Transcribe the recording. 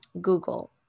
google